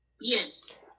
Yes